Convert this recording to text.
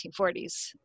1940s